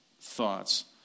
thoughts